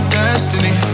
destiny